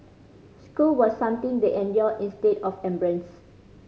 school was something they endured instead of embraced